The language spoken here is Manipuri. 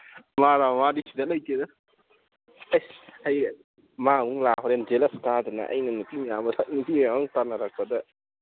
ꯃꯥꯔꯣ ꯃꯥꯗꯤ ꯁꯤꯗ ꯂꯩꯇꯦꯗ ꯑꯩꯁ ꯑꯩ ꯃꯥ ꯑꯃꯨꯛ ꯂꯥꯛꯑꯒ ꯍꯣꯔꯦꯟ ꯖꯦꯂꯁ ꯀꯥꯗꯅ ꯑꯩꯅ ꯅꯨꯄꯤ ꯃꯌꯥꯝꯅ ꯇꯥꯟꯅꯔꯛꯄꯗ